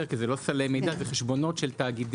כי זה לא סלי מידע אלא זה חשבונות של התאגידים.